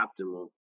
optimal